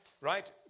right